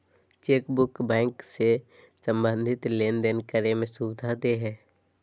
chequebook बैंको से संबंधित लेनदेन करे में सुविधा देय हइ